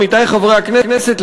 עמיתי חברי הכנסת,